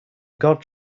gods